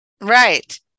Right